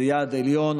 זה יעד עליון.